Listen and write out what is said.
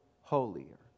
holier